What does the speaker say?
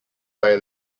via